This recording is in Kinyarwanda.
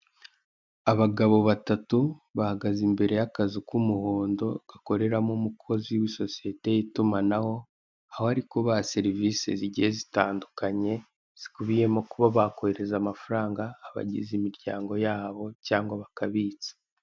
Abagabo batatu bahagaze imbere y'akazu k'umuhondo gakoreramo umukozi w'isosiyete y'itumanaho, aho ari kubaha serivise zigiye zitandukanye zikubiyemo kuba bakohereza amafaranga abagize imiryango yabo cyangwa bakabitsa.